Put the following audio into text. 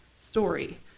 story